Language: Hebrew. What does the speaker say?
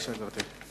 בבקשה, גברתי.